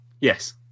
Yes